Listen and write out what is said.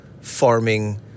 farming